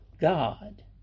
God